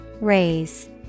Raise